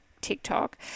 TikTok